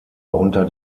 unter